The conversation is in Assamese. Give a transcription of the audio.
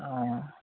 অঁ